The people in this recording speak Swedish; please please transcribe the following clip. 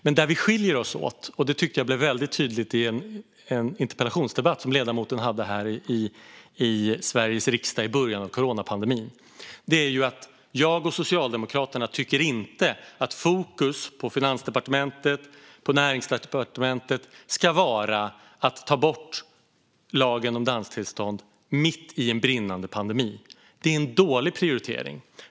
Men vi skiljer oss åt, och det tyckte jag blev väldigt tydligt i en interpellationsdebatt som ledamoten hade här i Sveriges riksdag i början av coronapandemin, i att jag och Socialdemokraterna inte tycker att fokus på Finansdepartementet och Näringsdepartementet ska vara att ta bort lagen om danstillstånd mitt i en brinnande pandemi. Det är en dålig prioritering.